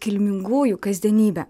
kilmingųjų kasdienybę